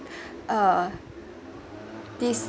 uh this